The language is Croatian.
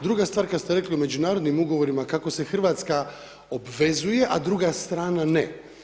Druga stvar kad ste rekli o međunarodnim ugovorima kako se Hrvatska obvezuje, a druga strana ne.